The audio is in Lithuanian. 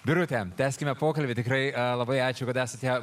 birute tęskime pokalbį tikrai labai ačiū kad esate